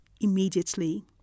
immediately